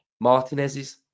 Martinez's